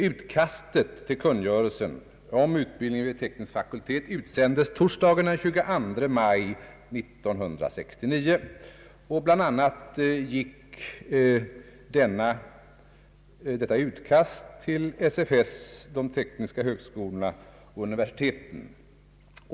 Utkastet till kungörelsen om utbildning vid teknisk fakultet utsändes torsdagen den 22 maj 1969 till bl.a. SFS, de tekniska högskolorna och universiteten.